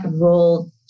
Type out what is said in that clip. role